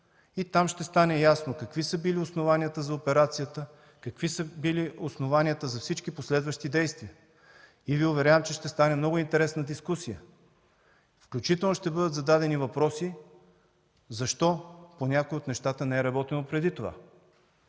и там ще стане ясно какви са били основанията за операцията, какви са били основанията за всичките следващи действия. Уверявам Ви, че ще стане много интересна дискусия, включително ще бъдат зададени и въпроси защо по някои от нещата не е работено и преди това.